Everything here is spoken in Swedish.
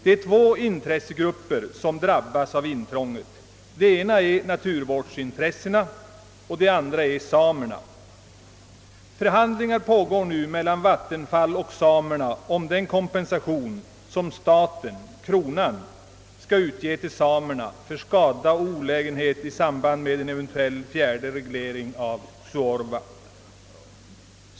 Det är två intressegrupper som drabbas av intrånget: naturvårdsintressena och samerna. Förhandlingar pågår nu mellan Vattenfall och samerna om den kompensation som staten skall utge till samerna för skada och olägenhet i samhand med en eventuell fjärde reglering av Suorva.